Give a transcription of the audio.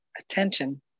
attention